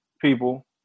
people